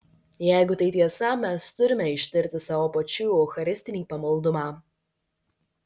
jeigu tai tiesa mes turime ištirti savo pačių eucharistinį pamaldumą